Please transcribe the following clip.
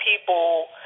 people